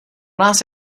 nás